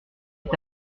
est